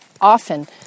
often